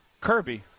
Kirby